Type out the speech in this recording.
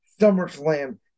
SummerSlam